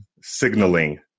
signaling